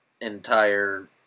entire